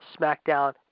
SmackDown